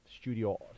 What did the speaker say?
studio